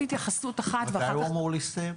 מתי הוא אמור להסתיים?